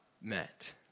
met